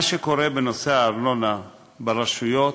מה שקורה בנושא הארנונה ברשויות